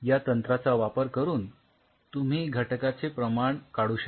या तंत्राचा वापर करून तुम्ही घटकाचे प्रमाण काढू शकता